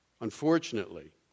unfortunately